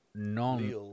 Non